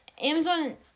Amazon